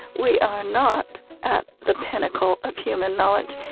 we are not at the pinnacle of human knowledge.